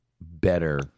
better